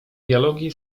dialogi